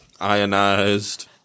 Ionized